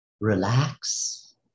Relax